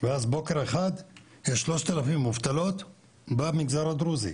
ואז בוקר אחד יש 3,000 מובטלות במגזר הדרוזי,